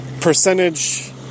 percentage